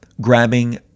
grabbing